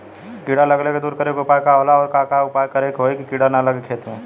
कीड़ा लगले के दूर करे के उपाय का होला और और का उपाय करें कि होयी की कीड़ा न लगे खेत मे?